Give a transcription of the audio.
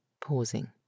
pausing